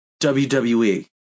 WWE